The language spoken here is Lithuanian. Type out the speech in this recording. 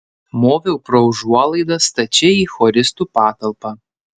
moviau pro užuolaidą stačiai į choristų patalpą